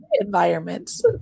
environments